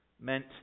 meant